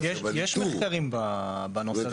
יש מחקרים בנושא.